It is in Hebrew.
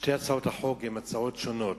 שתי הצעות החוק הן הצעות שונות.